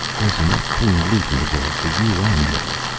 there is enough clean loot in the world for you and me,